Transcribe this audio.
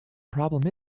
problem